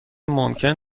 ممکن